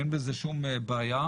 אין בזה שום בעיה.